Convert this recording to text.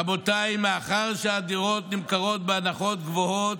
רבותיי, מאחר שהדירות נמכרות בהנחות גבוהות,